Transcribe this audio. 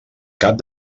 cap